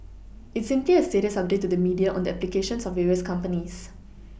it's simply a status update to the media on the applications of various companies